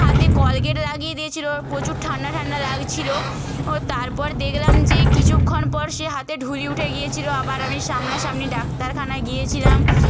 হাতে কোলগেট লাগিয়ে দিয়েছিলো প্রচুর ঠান্ডা ঠান্ডা লাগছিলো ও তারপর দেখলাম যে কিছুক্ষণ পর সে হাতে ঢুড়ি উঠে গিয়েছিলো আবার আমি সামনাসামনি ডাক্তারখানায় গিয়েছিলাম